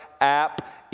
app